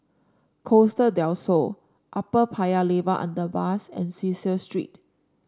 Costa Del Sol Upper Paya Lebar Underpass and Cecil Street